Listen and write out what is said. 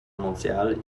mondiale